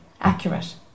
accurate